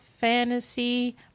Fantasy